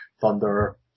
thunder